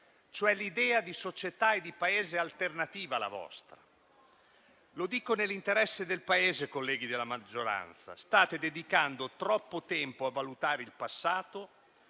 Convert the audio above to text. cioè l'idea di società e di Paese alternativa alla vostra. Vi dico nell'interesse del Paese, colleghi della maggioranza, che state dedicando troppo tempo a valutare il passato.